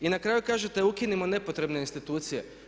I na kraju kažete ukinimo nepotrebne institucije.